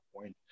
point